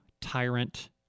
tyrant